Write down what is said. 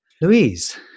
Louise